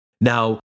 Now